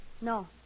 No